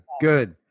good